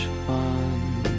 fun